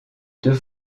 deux